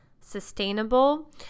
sustainable